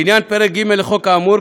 לעניין פרק ג' לחוק האמור,